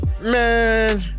man